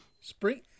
Spring